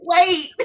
wait